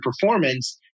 performance